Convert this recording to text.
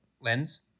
Lens